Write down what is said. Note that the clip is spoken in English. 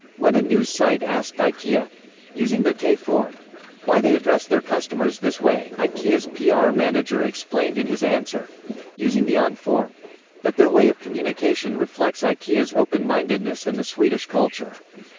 when a news site asked ikea using the te form why they address their customers this way, ikea's ah pr manager explained in his answer using the on form that their way of communication reflects ikea's open-mindedness and the swedish culture.